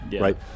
Right